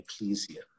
Ecclesia